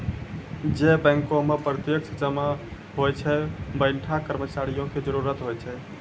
जै बैंको मे प्रत्यक्ष जमा होय छै वैंठा कर्मचारियो के जरुरत होय छै